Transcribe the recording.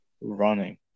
running